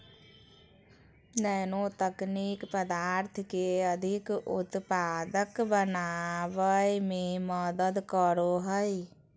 nano तकनीक पदार्थ के अधिक उत्पादक बनावय में मदद करो हइ